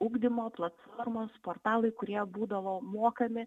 ugdymo platformos portalai kurie būdavo mokami